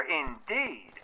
indeed